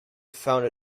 found